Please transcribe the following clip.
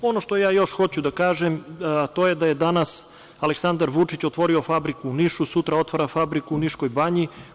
Ono što ja još hoću da kažem, to je da je danas Aleksandar Vučić otvorio fabriku u Nišu, sutra otvara fabriku u Niškoj banji.